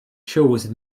shows